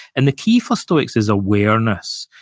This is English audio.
and the key for stoics is awareness.